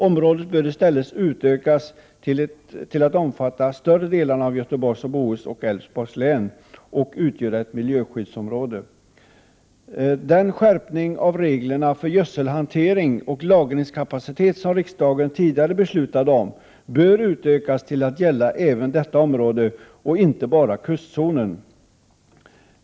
Området bör i stället utökas till att omfatta större delen av Göteborg, Bohus och Älvsborgs län och utgöra ett miljöskyddsområde. Den skärpning av reglerna för gödselhantering och lagringskapacitet som riksdagen tidigare beslutat om bör utökas till att gälla även detta område, och inte bara kustzonen.